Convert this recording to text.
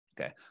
Okay